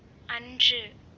அன்று